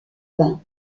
vin